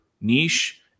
niche